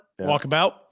Walkabout